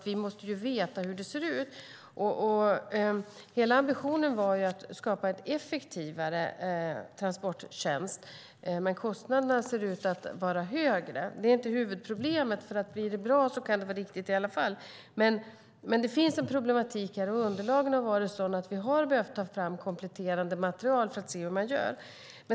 Vi måste veta hur det ser ut. Hela ambitionen var att skapa en effektivare transporttjänst, men kostnaderna ser ut att bli högre. Det är inte huvudproblemet, för om det blir bra kan det vara riktigt i alla fall. Men det finns en sådan problematik. Underlaget har varit sådant att vi har behövt ta fram kompletterande material för att se hur man gör.